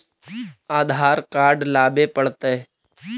आधार card लाबे पड़तै?